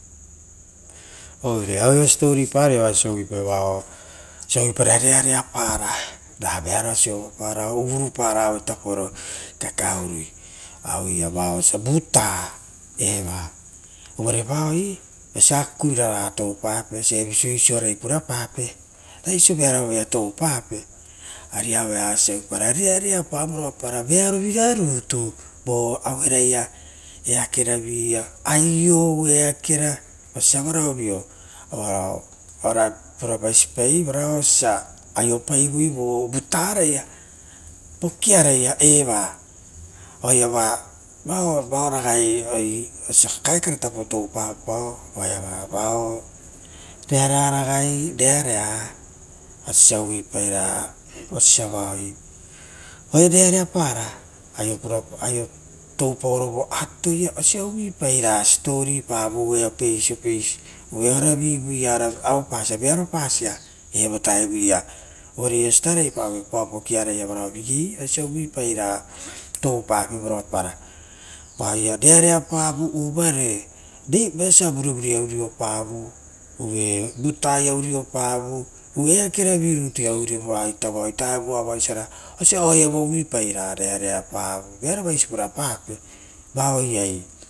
Oire aueia siposipo parai osia uvuipaira rearea para, vearo sovopara uvurupara aue tapo kakae urui auea vao osia vuta vao eva vai vosia akakaviraga toupape raveapau oisio oaraipurapape. raviapao so vearo avaia toupapae ari auea osio ra rearea pavio vearovira rutu voaverare eakera via aio oo eakera oisi osia varao vi varo oara puravasi paivora osio vo vutaraia vokiaraia eva oaiava va vao raga osia kakae kare tapo toupavo voeao ragai oaiava vao rearea osia uvui pairai reareapara aio toupaoro vo atoia uvuipara story paeve apeisi vo oara vivuia ora auepasia evo taevuia oaea esia tarai pavo vokiaraia vara o vigei uvuipara toupape vaoia rearea pavo uvare reipasa guroguro aia uropa vio evutaia uriopavoi oeakero vi rutu uropavio, osia uvaipara reareapario rearo vaisi purapape vaoia.